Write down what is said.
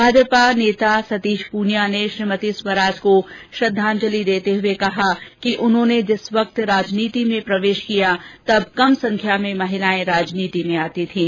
भाजपा नेता सतीश पूनिया ने श्रीमती स्वराज को श्रद्धांजलि देते हुए कहा कि उन्होंने जिस वक्त राजनीति में प्रवेश किया तब कम संख्या में महिलाएं राजनीति में आती थीं